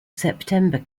september